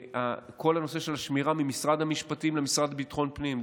הנושא של השמירה ממשרד המשפטים למשרד לביטחון פנים.